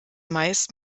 meist